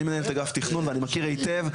אני מנהל את אגף תכנון ואני מכיר היטב,